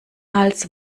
hals